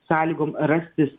sąlygom rastis